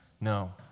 No